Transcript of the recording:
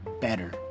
better